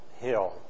hill